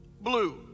Blue